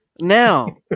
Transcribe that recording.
Now